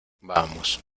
vamos